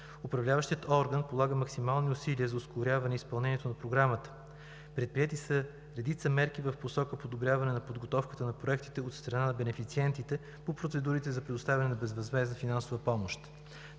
Управляващият орган полага максимални усилия за ускоряване изпълнението на Програмата. Предприети са редица мерки в посока подобряване подготовката на проектите от страна на бенефициентите по процедурите за предоставяне на безвъзмездна финансова помощ.